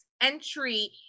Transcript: entry